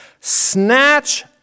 Snatch